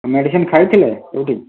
medicine ଖାଇଥିଲେ କେଉଁଠି